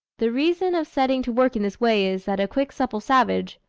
the reason of setting to work in this way is, that a quick supple savage,